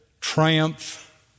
triumph